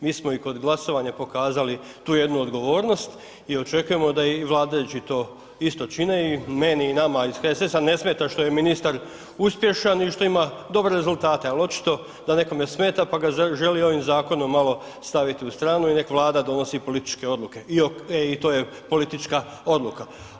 Mi smo i kod glasovanja pokazali tu jednu odgovornost i očekujemo da i vladajući to isto čine i meni i nama iz HSS-a ne smeta što je ministar uspješan i što ima dobre rezultate, al očito da nekome smeta, pa ga želi ovim zakonom malo staviti u stranu i nek Vlada donosi političke odluke i to je politička odluka.